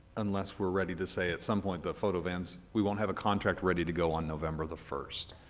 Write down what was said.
unless we're ready to say at some point the photo vans, we don't have a contract ready to go on november the first.